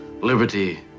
liberty